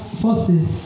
forces